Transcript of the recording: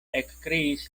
ekkriis